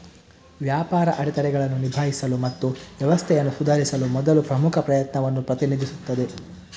ವ್ಯಾಪಾರ ಅಡೆತಡೆಗಳನ್ನು ನಿಭಾಯಿಸಲು ಮತ್ತು ವ್ಯವಸ್ಥೆಯನ್ನು ಸುಧಾರಿಸಲು ಮೊದಲ ಪ್ರಮುಖ ಪ್ರಯತ್ನವನ್ನು ಪ್ರತಿನಿಧಿಸುತ್ತದೆ